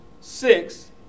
six